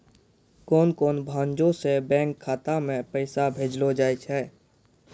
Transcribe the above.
कोन कोन भांजो से बैंक खाता मे पैसा भेजलो जाय छै?